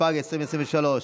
התשפ"ג 2023,